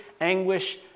anguish